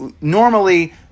normally